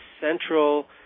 central